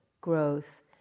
growth